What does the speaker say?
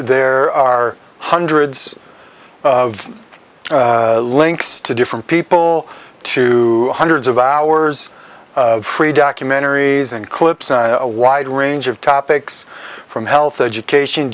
there are hundreds of links to different people to hundreds of hours free documentaries and clips a wide range of topics from health education